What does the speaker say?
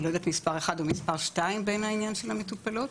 מספר אחד או מספר שתיים בעניין של המטופלות.